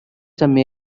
some